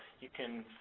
you can